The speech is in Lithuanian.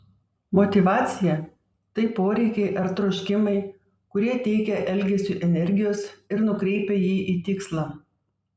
motyvacija tai poreikiai ar troškimai kurie teikia elgesiui energijos ir nukreipia jį į tikslą